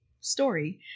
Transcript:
story